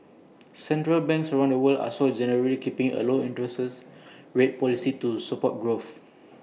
central banks around the world are also generally keeping A low interest rate policy to support growth